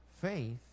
Faith